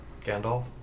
Gandalf